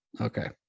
Okay